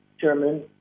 Chairman